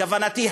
כוונתי,